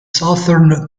southern